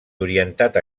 orientat